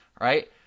right